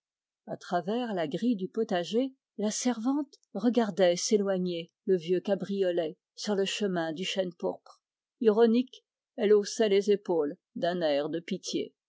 à travers la grille du potager la servante regardait s'éloigner le vieux cabriolet sur le chemin du chênepourpre ironique elle haussait les épaules d'un air de pitié